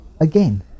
again